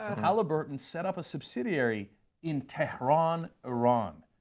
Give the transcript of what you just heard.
halliburton set up a subsidiary in tehran, iran.